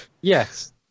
Yes